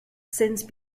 since